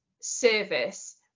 service